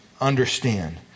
understand